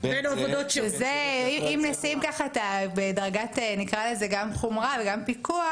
אם נשים דרגת גם חומרה וגם פיקוח,